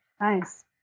Nice